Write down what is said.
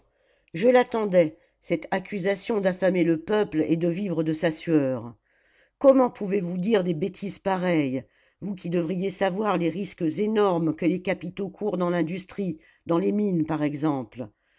je l'attendais cette accusation d'affamer le peuple et de vivre de sa sueur comment pouvez-vous dire des bêtises pareilles vous qui devriez savoir les risques énormes que les capitaux courent dans l'industrie dans les mines par exemple